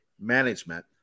management